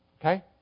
Okay